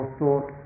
thought